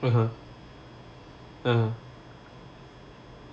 (uh huh) uh